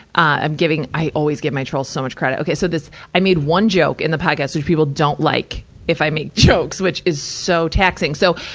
i'm giving, i always give my trolls so much credit. okay, so this, i made one joke in the podcast, which people don't like if i make jokes, which is so taxing. so,